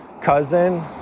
cousin